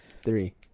Three